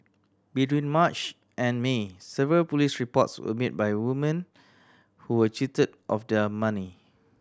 between March and May several police reports were made by woman who were cheated of their money